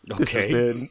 okay